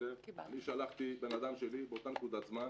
--- אני שלחתי אדם שלי באותה נקודת זמן